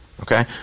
okay